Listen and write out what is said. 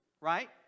Right